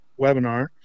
webinar